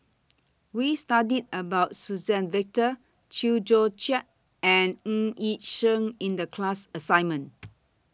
We studied about Suzann Victor Chew Joo Chiat and Ng Yi Sheng in The class assignment